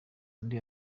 undi